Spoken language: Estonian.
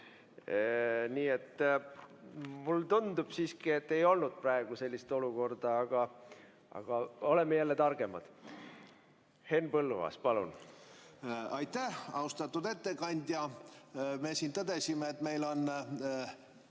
Mulle tundub siiski, et ei olnud praegu sellist olukorda, aga oleme jälle targemad. Henn Põlluaas, palun! Aitäh! Austatud ettekandja! Me siin tõdesime, et meil